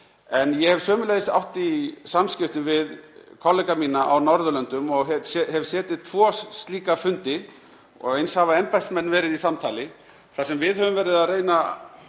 En ég hef sömuleiðis átt í samskiptum við kollega mína á Norðurlöndunum og hef setið tvo slíka fundi og eins hafa embættismenn verið í samtali þar sem við höfum látið á það reyna